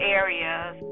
areas